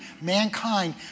mankind